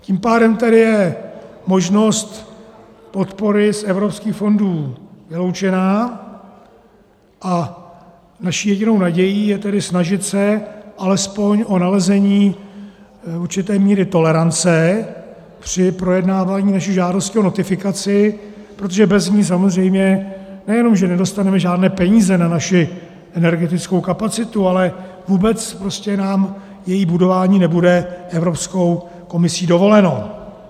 Tím pádem tady je možnost podpory z evropských fondů vyloučena a naší jedinou nadějí je tedy snažit se alespoň o nalezení určité míry tolerance při projednávání naší žádosti o notifikaci, protože bez ní samozřejmě nejenom že nedostaneme žádné peníze na naši energetickou kapacitu, ale vůbec prostě nám její budování nebude Evropskou komisí dovoleno.